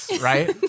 right